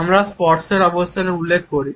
আমরা স্পর্শের অবস্থান উল্লেখ করেছি